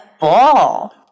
ball